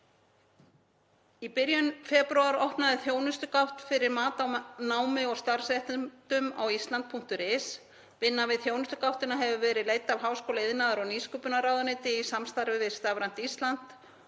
Í byrjun febrúar opnaði þjónustugátt fyrir mat á námi og starfsréttindum á island.is. Vinna við þjónustugáttina hefur verið leidd af háskóla-, iðnaðar- og nýsköpunarráðuneyti í samstarfi við Stafrænt Ísland